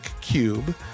Cube